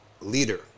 leader